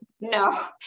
No